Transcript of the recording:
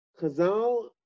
Chazal